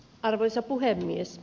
arvoisa puhemies